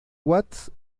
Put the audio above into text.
watts